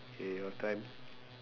K your time